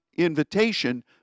invitation